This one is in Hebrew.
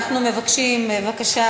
ולשוויון מגדרי.